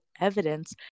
evidence